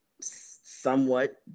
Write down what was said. somewhat